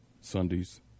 Sunday's